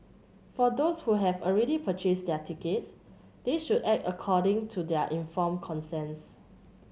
for those who have already purchased their tickets they should act according to their informed conscience